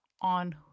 on